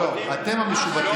לא, לא, אתם המשובטים.